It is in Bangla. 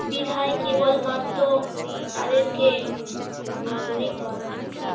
কেবলমাত্র তাদেরকে নাগরিক বলা হতো